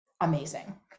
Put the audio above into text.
Amazing